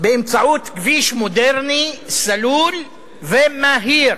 באמצעות כביש מודרני, סלול ומהיר.